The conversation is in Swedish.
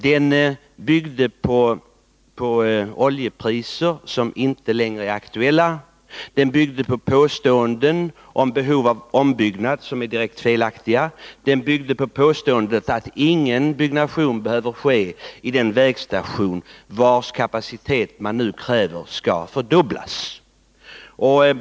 Den byggde på oljepriser som inte längre är aktuella, den byggde på påståenden om behov av ombyggnad som är direkt felaktiga, den byggde på påståendet att ingen byggnation behöver ske vid den vägstation vars kapacitet man nu kräver skall fördubblas.